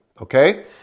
okay